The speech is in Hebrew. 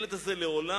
הילד הזה לעולם-לעולם